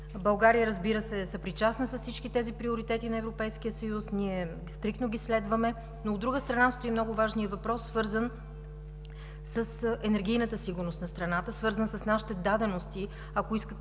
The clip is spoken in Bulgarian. България, разбира се, е съпричастна с всички тези приоритети на Европейския съюз, ние стриктно ги следваме, но, от друга страна, стои много важният въпрос, свързан с енергийната сигурност на страната, свързан с нашите дадености, ако искате